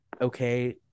okay